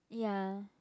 ya